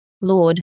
Lord